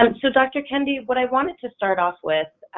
um so, dr. kendi, what i wanted to start off with,